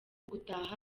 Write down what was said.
gutaha